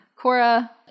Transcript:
Cora